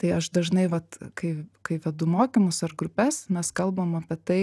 tai aš dažnai vat kai kai vedu mokymus ar grupes mes kalbam apie tai